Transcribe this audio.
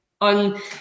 on